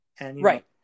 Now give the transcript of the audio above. Right